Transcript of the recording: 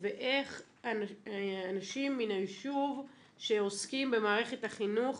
ואיך אנשים מן היישוב שעוסקים במערכת החינוך,